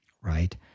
right